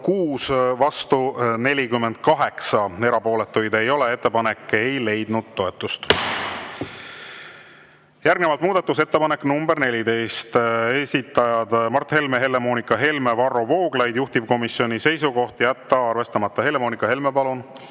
6, vastu 48, erapooletuid ei ole. Ettepanek ei leidnud toetust. Järgnevalt muudatusettepanek nr 14, esitajad Mart Helme, Helle-Moonika Helme ja Varro Vooglaid, juhtivkomisjoni seisukoht on jätta arvestamata. Helle-Moonika Helme, palun!